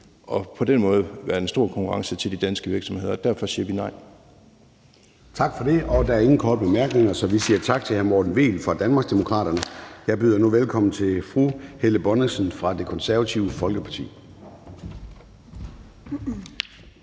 og på den måde være en stor konkurrence til de danske virksomheder. Derfor siger vi nej. Kl. 13:39 Formanden (Søren Gade): Tak for det, og der er ingen korte bemærkninger, så vi siger tak til hr. Morten Vehl fra Danmarksdemokraterne. Jeg byder nu velkommen til fru Helle Bonnesen fra Det Konservative Folkeparti.